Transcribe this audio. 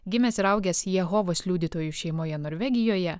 gimęs ir augęs jehovos liudytojų šeimoje norvegijoje